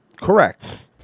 Correct